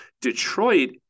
Detroit